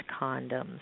condoms